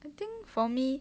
I think for me